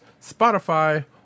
Spotify